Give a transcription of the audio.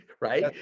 right